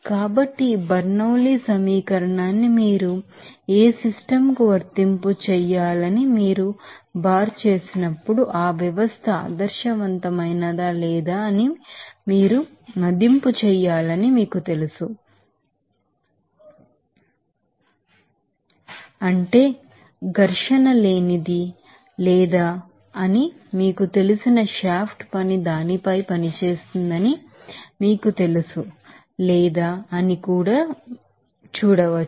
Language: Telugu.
కాబట్టి ఈ బెర్నౌలీ సమీకరణాన్ని మీరు ఏ సిస్టమ్ కు వర్తింపజేయాలని మీరు బార్ చేసినప్పుడు ఆ వ్యవస్థ ఆదర్శవంతమైనదా లేదా అని మీరు మదింపు చేయాలని మీకు తెలుసు అంటే ఘర్షణ లేనిది లేదా అని మీకు తెలిసిన షాఫ్ట్ పని దానిపై పనిచేస్తుందని మీకు తెలుసు లేదా అని కూడా మీకు తెలుసు